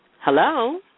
Hello